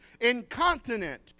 incontinent